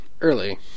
early